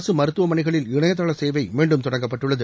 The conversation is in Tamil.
அரசு மருத்துவமனைகளில் இணையதளசேவை மீண்டும் தொடங்கப்பட்டுள்ளது